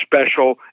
special